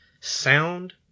sound